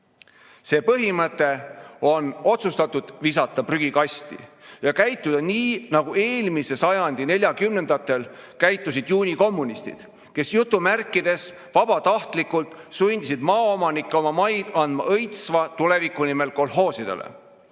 See põhimõte on otsustatud visata prügikasti ja käituda nii, nagu eelmise sajandi neljakümnendatel käitusid juunikommunistid, kes jutumärkides vabatahtlikult sundisid maaomanikke oma maid andma õitsva tuleviku nimel kolhoosidele.